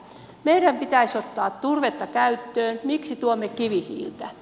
meidän pitäisi ottaa turvetta käyttöön miksi tuomme kivihiiltä